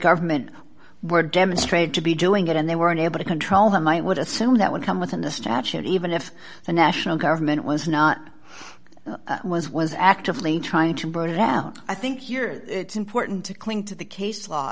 government were demonstrated to be doing it and they were unable to control them i would assume that would come within the statute even if the national government was not was was actively trying to bring it out i think here it's important to cling to the case law